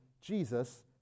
Jesus